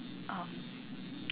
um